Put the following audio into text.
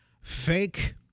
fake